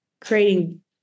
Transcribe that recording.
creating